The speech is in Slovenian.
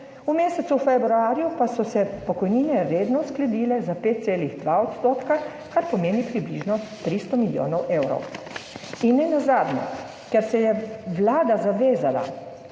v mesecu februarju pa so se pokojnine redno uskladile za 5,2 %, kar pomeni približno 300 milijonov evrov. in nenazadnje, ker se je Vlada zavezala,